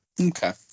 Okay